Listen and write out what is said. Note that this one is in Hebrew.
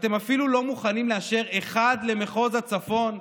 ואתם אפילו לא מוכנים לאשר אחד למחוז הצפון?